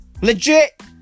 Legit